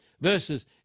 verses